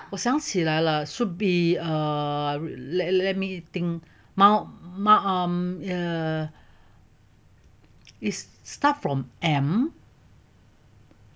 我想起来了 should be err let let me think mald~ mald~ um yeah is start from M